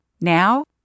Now